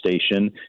station